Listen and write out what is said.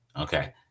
Okay